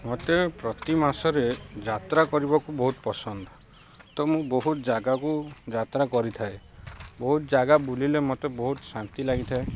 ମୋତେ ପ୍ରତି ମାସରେ ଯାତ୍ରା କରିବାକୁ ବହୁତ ପସନ୍ଦ ତ ମୁଁ ବହୁତ ଜାଗାକୁ ଯାତ୍ରା କରିଥାଏ ବହୁତ ଜାଗା ବୁଲିଲେ ମୋତେ ବହୁତ ଶାନ୍ତି ଲାଗିଥାଏ